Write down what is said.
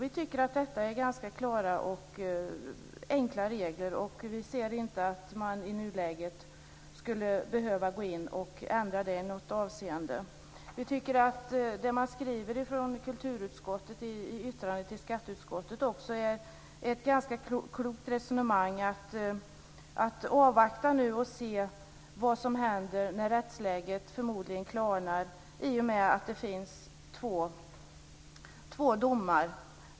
Vi tycker att detta är ganska klara och enkla regler. Vi anser inte att man i nuläget behöver gå in och ändra det i något avseende. Vi tycker att kulturutskottet för ett ganska klokt resonemang i sitt yttrande till skatteutskottet. Man skriver att vi ska avvakta och se vad som händer. Rättsläget kommer förmodligen att klarna i och med att det finns två domar.